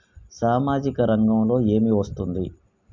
సామాజిక రంగంలో ఏమి వస్తుంది?